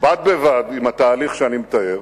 בד בבד עם התהליך שאני מתאר,